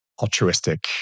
altruistic